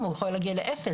הם קיבלו את הגז מישראל.